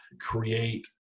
create